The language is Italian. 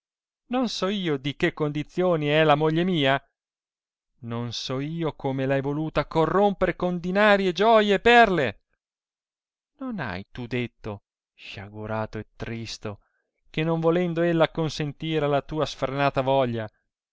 ison so io di che condizione è la moglie mia son so io come r hai voluta corrompere con dinari e gioie e perle non hai tu detto sciagurato e tristo che non volendo ella acconsentire alla tua sfrenata voglia